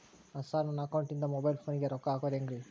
Sir ನನ್ನ ಅಕೌಂಟದಿಂದ mobile ಫೋನಿಗೆ ರೊಕ್ಕ ಹಾಕೋದು ಹೆಂಗ್ರಿ?